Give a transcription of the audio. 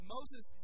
Moses